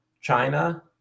China